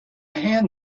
hand